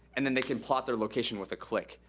and then they can plot their location with a click.